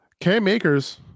K-Makers